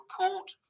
report